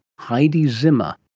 heidi zimmer